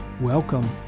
Welcome